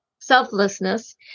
selflessness